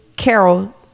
Carol